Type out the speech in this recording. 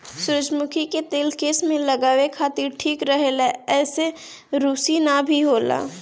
सुजरमुखी के तेल केस में लगावे खातिर ठीक रहेला एसे रुसी भी ना होला